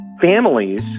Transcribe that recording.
Families